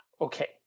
Okay